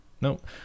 Nope